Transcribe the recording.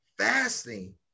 Fasting